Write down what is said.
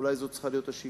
אולי זאת צריכה השאיפה,